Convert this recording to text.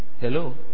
Hello